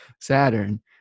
saturn